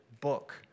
book